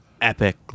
epic